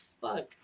fuck